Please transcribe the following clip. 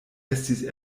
estis